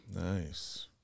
Nice